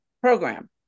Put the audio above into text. program